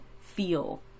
feel